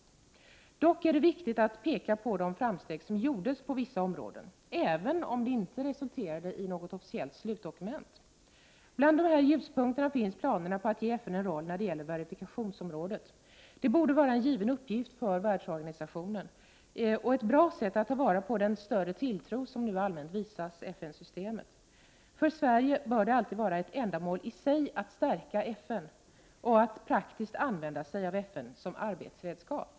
Vi kan verkligen tala om en 7 december 1988 att peka på de framsteg som gjordes på vissa områden, även om det inte resulterade i något officiellt slutdokument. Bland dessa ljuspunkter finns planer på att ge FN en roll när det gäller verifikationsområdet. Det borde vara en given uppgift för världsorganisationen och ett bra sätt att ta vara på den större tilltro som ju allmänt visas FN-systemet. För Sverige bör det alltid vara ett ändamål i sig att stärka FN och att praktiskt använda sig av FN som arbetsredskap.